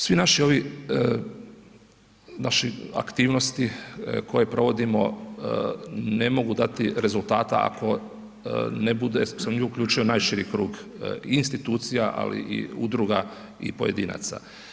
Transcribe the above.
Svi naši ovi, naši aktivnosti koje provodimo ne mogu dati rezultata ako ne bude se u njih uključio najširi krug institucija, ali i udruga i pojedinaca.